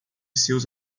seus